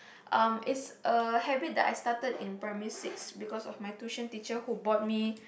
um it's a habit that I started in Primary six because of my tuition teacher who bought me